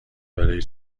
برای